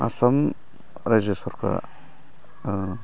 आसाम राइजो सरखारा